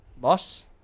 boss